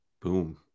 Boom